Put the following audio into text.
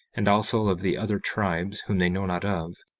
and also of the other tribes whom they know not of,